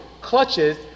clutches